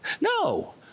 No